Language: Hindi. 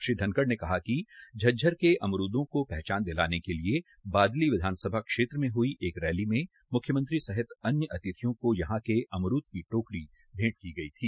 श्री धनखड़ ने कहा कि झज्जर के अमरूदों को पहचान दिलाने के लिए बादली विधान सभा क्षेत्र में हुई एक रैली में मुख्यमंत्री सहित अन्य अतिथियों को यहां के अमरूद की टोकरी भेंट की गई थी